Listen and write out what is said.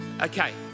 Okay